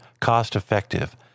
cost-effective